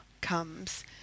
comes